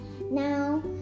Now